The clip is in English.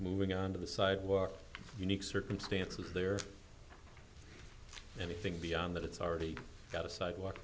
moving onto the sidewalk unique circumstances there anything beyond that it's already got a sidewalk